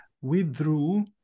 withdrew